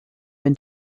been